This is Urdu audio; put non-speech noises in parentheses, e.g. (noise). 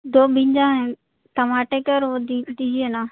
دو (unintelligible) ہیں ٹماٹر کے اور وہ دیجیے دیجیے نا